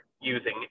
using